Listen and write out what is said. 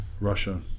Russia